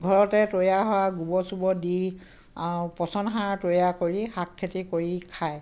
ঘৰতে তৈয়াৰ হোৱা গোবৰ চোবৰ দি আৰু পচনসাৰ তৈয়াৰ কৰি শাকখেতি কৰি খায়